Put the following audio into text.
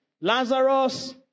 Lazarus